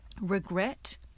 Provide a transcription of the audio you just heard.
regret